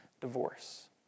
divorce